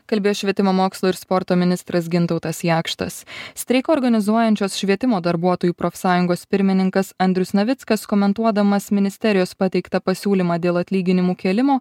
kalbėjo švietimo mokslo ir sporto ministras gintautas jakštas streiką organizuojančios švietimo darbuotojų profsąjungos pirmininkas andrius navickas komentuodamas ministerijos pateiktą pasiūlymą dėl atlyginimų kėlimo